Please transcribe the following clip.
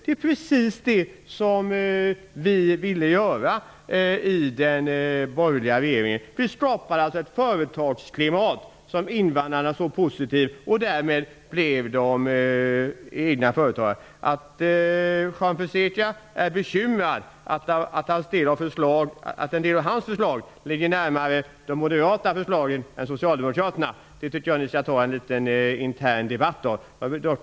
Det är precis vad vi ville i den borgerliga regeringen. Vi har alltså skapat ett företagsklimat som invandrare såg positivt på och därmed blev egna företagare. Att Juan Fonseca är bekymrad över att en del av hans förslag ligger närmare de moderata förslagen än socialdemokraternas tycker jag ni skall ta en liten intern debatt om.